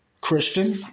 Christian